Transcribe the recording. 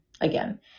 again